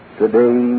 today